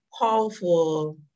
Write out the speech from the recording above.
powerful